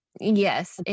Yes